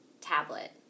tablet